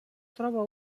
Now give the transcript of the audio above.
troba